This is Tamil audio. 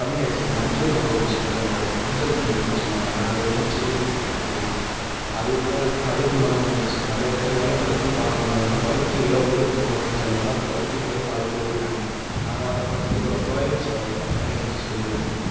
கம்மி ஆகிடுச்சு இப்போ மஞ்சள்நோய் அப்புடின்னு சொல்லிட்டு ஒன்று வருகுது மஞ்சள்நோய் அப்படின்னு சொல்லுவாங்க அதை அது வந்து செடியெல்லாம் செத்து போகுது அது இருக்காது அதுக்கும் மருந்து வாங்கி அடித்து இப்போ நிறைய விவசாயிகளால் பருத்தியும் பார்க்க முடியல அதனால் பருத்தி வெலை வந்து ரொம்ப குறஞ்சிட்டு அதனால் அந்த பருத்தின்றதை பாதி பேர் விட்டுட்டாங்க அதனால் தான் பருத்திக்கு பதில் சோயாபீன்ஸ் போடுறதை நான் சோயாபீன்ஸை சொல்லியிருக்கேன் உங்கக்கிட்ட